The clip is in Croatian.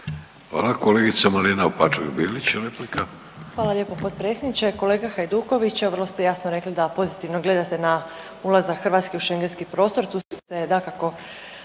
**Opačak Bilić, Marina (Socijaldemokrati)** Hvala lijepo potpredsjedniče. Kolega Hajduković vrlo ste jasno rekli da pozitivno gledate na ulazak Hrvatske u Schengenski prostor tu se dakako